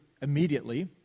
immediately